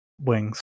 Wings